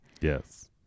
Yes